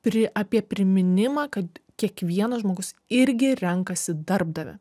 pri apie priminimą kad kiekvienas žmogus irgi renkasi darbdavį